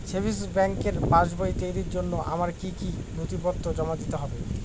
Savings ব্যাংকের পাসবই তৈরির জন্য আমার কি কি নথিপত্র জমা দিতে হবে?